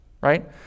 right